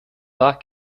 war